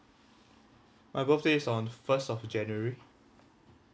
my birthday is on first of january